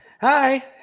hi